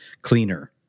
cleaner